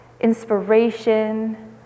inspiration